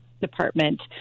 department